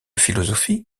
philosophie